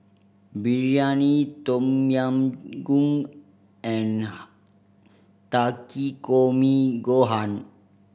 Biryani Tom Yam Goong and Takikomi Gohan